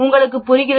உங்களுக்கு புரிகிறது